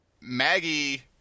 Maggie